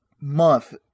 month